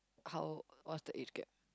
how old what's the age gap